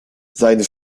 seine